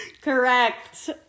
correct